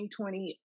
2020